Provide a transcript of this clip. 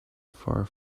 far